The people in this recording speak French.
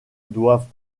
doivent